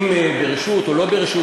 אם ברשות אם לא ברשות,